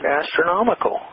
astronomical